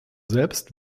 selbst